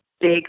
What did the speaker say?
big